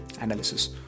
analysis